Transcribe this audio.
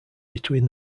between